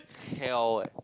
hell what